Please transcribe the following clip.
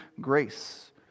grace